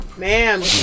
Man